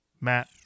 Matt